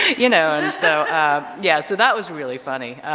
you know, and so yeah so that was really funny.